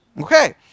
Okay